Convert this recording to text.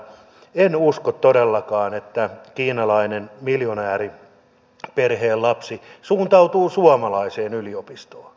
en usko todellakaan että kiinalainen miljonääriperheen lapsi suuntautuu suomalaiseen yliopistoon